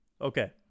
Okay